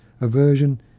aversion